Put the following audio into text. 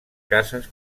cases